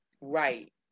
Right